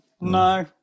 no